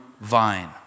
vine